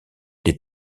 des